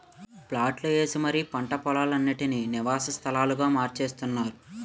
ప్లాట్లు ఏసి మరీ పంట పోలాలన్నిటీనీ నివాస స్థలాలుగా మార్చేత్తున్నారు